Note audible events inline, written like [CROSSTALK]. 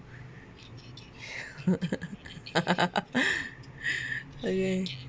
[LAUGHS] [BREATH] [BREATH] okay